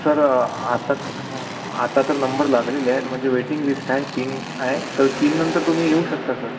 sir आत्ता आत्ता तर नंबर लागलेले आहेत म्हणजे वेटिंग लिश्ट आहे तीन आहे तर तीननंतर तुम्ही येऊ शकता सर